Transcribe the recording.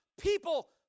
people